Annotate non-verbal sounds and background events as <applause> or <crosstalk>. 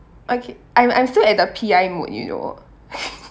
okay I'm I'm still at the P_I mod you know <laughs>